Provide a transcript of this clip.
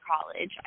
college